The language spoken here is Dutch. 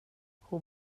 hoe